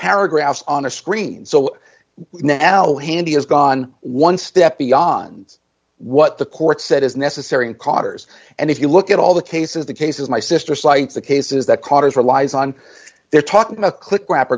paragraphs on a screen so now handy has gone one step beyond what the court said is necessary in cars and if you look at all the cases the cases my sister cites the cases that carter's relies on they're talking a click wrap